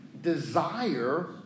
desire